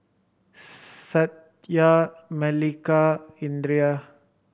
Satya Milkha Indira